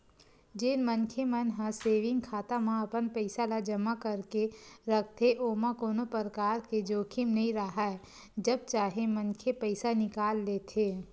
जेन मनखे मन ह सेंविग खाता म अपन पइसा ल जमा करके रखथे ओमा कोनो परकार के जोखिम नइ राहय जब चाहे मनखे पइसा निकाल लेथे